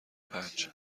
پنج